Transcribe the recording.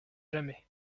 jamais